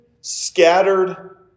scattered